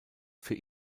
für